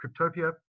Cryptopia